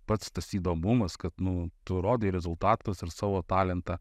pats tas įdomumas kad nu tu rodai rezultatas ir savo talentą